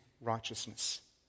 righteousness